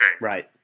Right